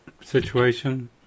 situation